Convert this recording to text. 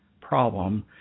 problem